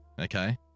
okay